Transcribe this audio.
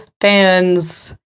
fans